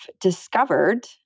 discovered